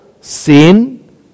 sin